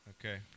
Okay